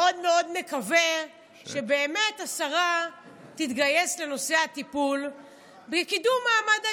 אני מאוד מאוד נקווה שבאמת השרה תתגייס לנושא הטיפול בקידום מעמד האישה,